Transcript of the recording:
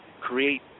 create